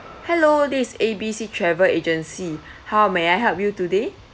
hello this A B C travel agency how may I help you today